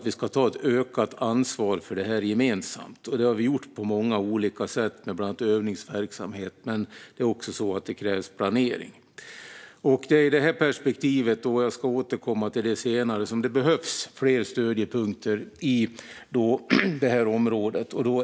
Vi ska ta ett ökat ansvar för det här gemensamt, och detta har vi gjort på många olika sätt med bland annat övningsverksamhet. Men det krävs också planering. Det är utifrån det perspektivet, som jag ska återkomma till senare, som fler stödjepunkter behövs i området.